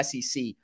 SEC